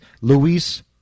Luis